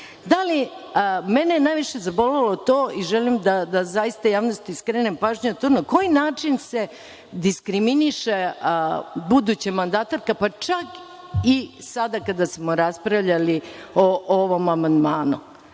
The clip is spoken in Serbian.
dana. Mene je najviše zabolelo to, želim zaista javnosti da skrenem pažnju, na koji način se diskriminiše buduća mandatarka, pa čak i sada kada smo raspravljali o ovom amandmanu.